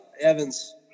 evans